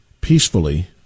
Peacefully